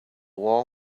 wall